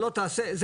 מה?